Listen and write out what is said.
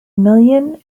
million